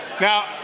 Now